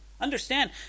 understand